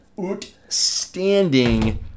outstanding